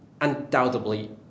undoubtedly